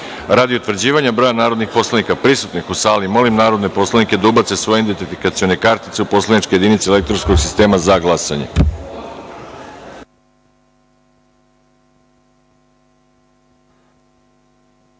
utvrđivanja broja narodnih poslanika prisutnih u sali, molim narodne poslanike da ubace svoje identifikacione kartice u poslaničke jedinice elektronskog sistema za